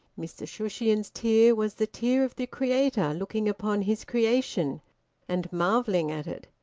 mr shushions's tear was the tear of the creator looking upon his creation and marvelling at it.